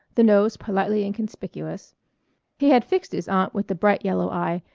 the nose politely inconspicuous. he had fixed his aunt with the bright-yellow eye,